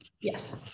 Yes